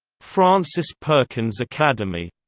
frances perkins academy